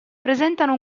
presentano